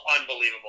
unbelievable